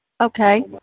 Okay